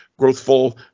growthful